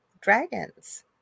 dragons